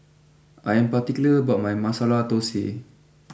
I am particular about my Masala Thosai